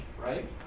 right